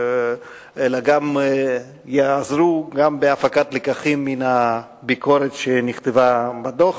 אלא גם יעזרו בהפקת לקחים מן הביקורת שנכתבה בדוח.